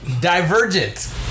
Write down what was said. Divergent